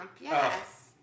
yes